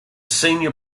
senior